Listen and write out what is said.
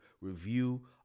review